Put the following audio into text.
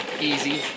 easy